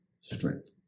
strength